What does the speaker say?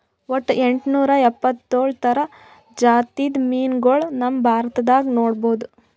ವಟ್ಟ್ ಎಂಟನೂರಾ ಎಪ್ಪತ್ತೋಳ್ ಥರ ಜಾತಿದ್ ಮೀನ್ಗೊಳ್ ನಮ್ ಭಾರತದಾಗ್ ನೋಡ್ಬಹುದ್